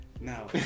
Now